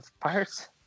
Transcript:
Pirates